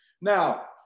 Now